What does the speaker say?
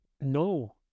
No